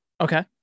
Okay